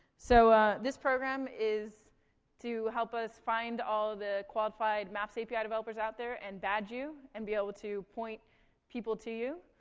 so this program is to help us find all the qualified maps api developers out there and badge you, and be able to point people to you.